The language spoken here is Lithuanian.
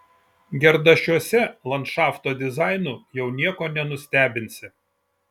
gerdašiuose landšafto dizainu jau nieko nenustebinsi